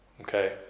Okay